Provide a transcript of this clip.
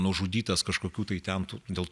nužudytas kažkokių tai ten tų dėl